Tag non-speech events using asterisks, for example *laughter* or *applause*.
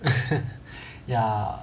*laughs*